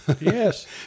Yes